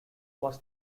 was